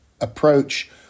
approach